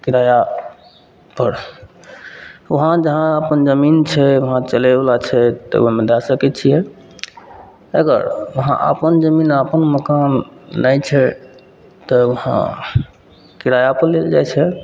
किरायापर वहाँ जहाँ अपन जमीन छै वहाँ चलैवला छै तऽ ओहिमे दै सकै छिए अगर वहाँ अपन जमीन अपन मकान नहि छै तऽ वहाँ किरायापर लेल जाइ छै